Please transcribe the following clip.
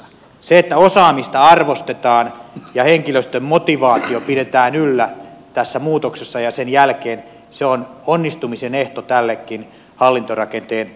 se että osaamista arvostetaan ja henkilöstön motivaatio pidetään yllä tässä muutoksessa ja sen jälkeen on onnistumisen ehto tällekin hallintorakenteen uudistukselle